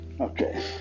Okay